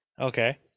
Okay